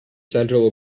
central